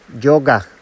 yoga